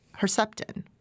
Herceptin